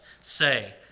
say